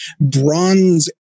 Bronze